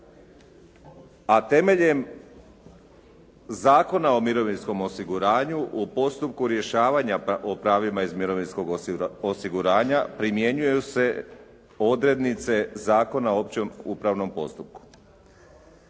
a temeljem Zakona o mirovinskom osiguranju u postupku rješavanja o pravima iz mirovinskog osiguranja primjenjuju se odrednice Zakona o općem upravnom postupku.